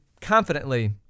confidently